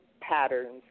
patterns